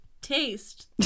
taste